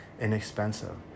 inexpensive